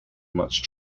much